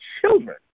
children